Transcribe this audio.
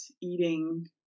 eating